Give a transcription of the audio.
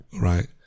right